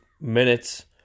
minutes